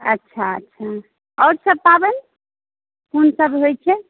अच्छा अच्छा आओर सभ पाबनि कोन सभ होइत छै